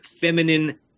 feminine